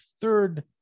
third